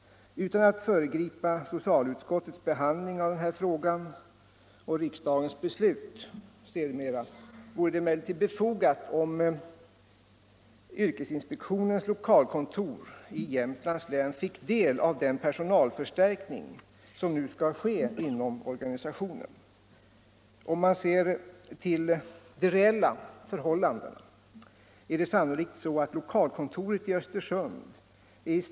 Utan att föregripa socialutskottets behandling av frågan och riksdagens beslut sedermera vore det emellertid befogat om yrkesinspektionens lokalkontor i Jämtlands län fick del av den personalförstärkning som nu skall komma till stånd inom organisationen. Om man ser till de reella — Nr 23 förhållandena är det sannolikt så, att lokalkontoret i Östersund är i större Torsdagen den behov av personalförstärkning än yrkesinspektionens övriga distrikt. Jag 20 februari 1975 hoppas, herr talman, att arbetsmarknadsministern delar min uppfattning i den frågan. Om personalresurserna vid yrkesin Herr arbetsmarknadsministern BENGTSSON: spektionens Herr talman! Först vill jag fästa uppmärksamheten på att det inte är — lokalkontor i så värst länge sedan riksdagen bestämde sig för att utöka antalet yr Östersund kesinspektionsdistrikt från 11 till 19.